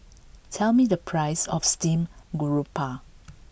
tell me the price of steamed garoupa